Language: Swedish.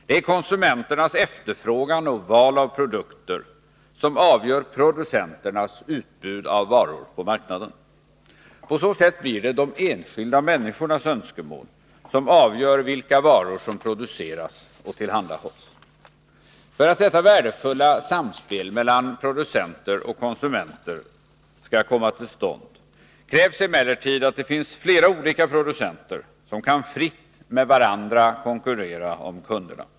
Det är konsumenternas efterfrågan och val av produkter som avgör producenternas utbud av varor på marknaden. På så sätt blir det de enskilda människornas önskemål som avgör vilka varor som produceras och tillhandahålls. För att detta värdefulla samspel mellan producenter och konsumenter skall komma till stånd krävs emellertid att det finns flera olika producenter som kan fritt med varandra konkurrera om kunderna.